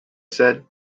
said